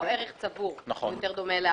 לא ערך צבור שיותר דומה לארנק.